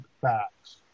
facts